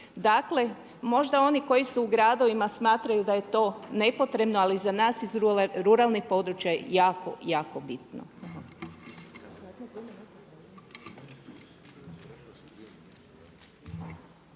Dakle možda oni koji su u gradovima smatraju da je to nepotrebno, ali za nas iz ruralnih područja je jako, jako bitno.